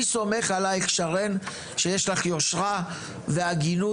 אני סומך עלייך, שרן, שיש לך יושרה והגינות,